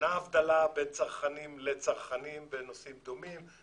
הבדל בין צרכנים לצרכנים בנושאים דומים.